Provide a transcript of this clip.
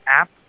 app